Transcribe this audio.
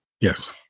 Yes